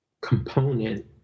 component